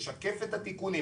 לשקף את התיקונים.